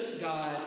God